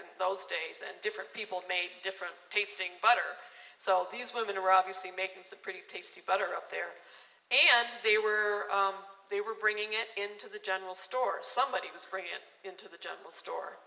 in those days and different people made different tasting butter so these women are obviously making some pretty tasty butter up there and they were they were bringing it into the general store somebody was going to the jungle store